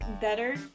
better